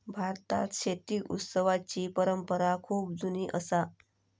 भारतात शेती उत्सवाची परंपरा खूप जुनी असा